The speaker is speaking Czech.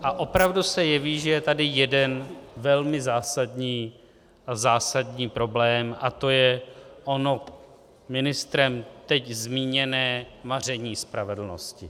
A opravdu se jeví, že je tady jeden velmi zásadní a zásadní problém, a to je ono ministrem teď zmíněné maření spravedlnosti.